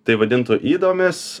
tai vadintų ydomis